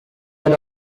had